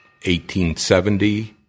1870